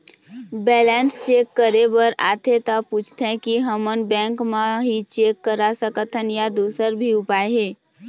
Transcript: Balance check करे बर आथे ता पूछथें की हमन बैंक मा ही चेक करा सकथन या दुसर भी उपाय हे?